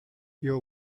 your